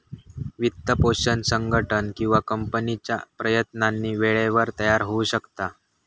वित्तपोषण संघटन किंवा कंपनीच्या प्रयत्नांनी वेळेवर तयार होऊ शकता